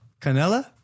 Canela